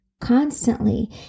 constantly